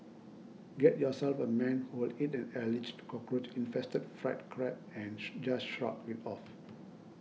get yourself a man who will eat an alleged cockroach infested fried crab and just shrug it off